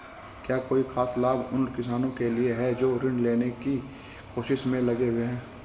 क्या कोई खास लाभ उन किसानों के लिए हैं जो ऋृण लेने की कोशिश में लगे हुए हैं?